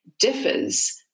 differs